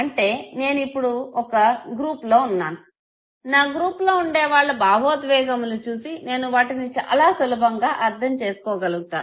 అంటే నేను ఇప్పుడు ఒక గ్రూప్లో ఉన్నాను నా గ్రూప్ లో ఉండే వాళ్ళ భావోద్వేగములు చూస్తే నేను వాటిని చాలా సులభంగా అర్ధం చేసుకోగలుగుతాను